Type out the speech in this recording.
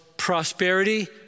Prosperity